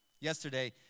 Yesterday